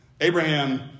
Abraham